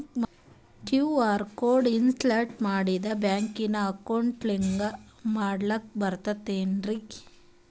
QR code install ಮಾಡಿಂದ ಬ್ಯಾಂಕಿನ account link ಮಾಡಸ್ಲಾಕ ಬರ್ತದೇನ್ರಿ